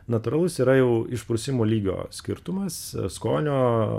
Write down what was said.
natūralus yra jau išprusimo lygio skirtumas skonio